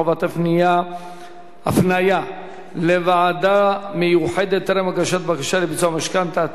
חובת הפניה לוועדה מיוחדת טרם הגשת בקשה לביצוע משכנתה),